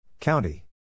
County